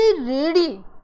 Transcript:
ready